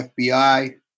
FBI